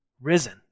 risen